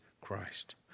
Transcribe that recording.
Christ